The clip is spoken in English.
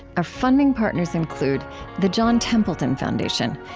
our funding partners include the john templeton foundation.